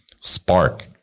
spark